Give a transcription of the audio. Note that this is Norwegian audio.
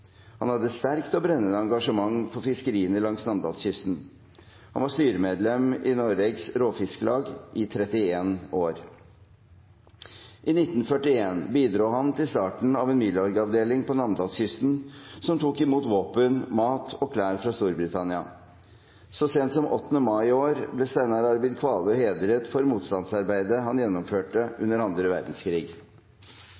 Han hadde et sterkt og brennende engasjement for fiskeriene langs Namdalskysten. Han var styremedlem i Norges Råfisklag i 31 år. I 1941 bidro han til starten av en Milorg-avdeling på Namdalskysten som tok imot våpen, mat og klær fra Storbritannia. Så sent som 8. mai i år ble Steiner Arvid Kvalø hedret for motstandsarbeidet han gjennomførte under annen verdenskrig.